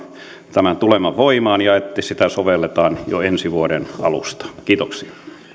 tämä tulee voimaan ja sitä sovelletaan jo ensi vuoden alusta kiitoksia